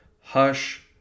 Hush